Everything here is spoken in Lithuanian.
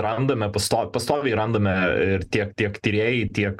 randame pastov pastoviai randame ir tiek tiek tyrėjai tiek